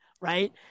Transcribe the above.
right